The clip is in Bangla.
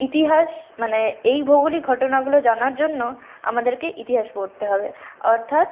ইতিহাস মানে এই ভৌগোলিক ঘটনাগুলো জানার জন্য আমাদেরকে ইতিহাস পড়তে হবে অর্থাৎ